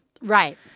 Right